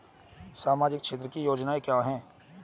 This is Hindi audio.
सामाजिक क्षेत्र की योजनाएं क्या हैं?